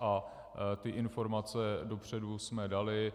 A ty informace dopředu jsme dali.